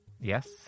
Yes